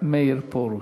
מאיר פרוש.